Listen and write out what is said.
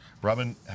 Robin